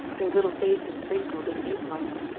their little faces wrinkled and apelike,